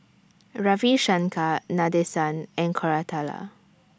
Ravi Shankar Nadesan and Koratala